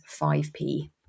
5p